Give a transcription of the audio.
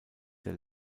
der